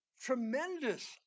tremendous